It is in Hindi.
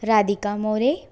राधिका मोरे